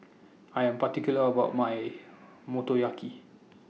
I Am particular about My Motoyaki